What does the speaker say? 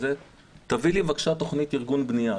תביא לי בבקשה תוכנית ארגון בנייה,